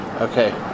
okay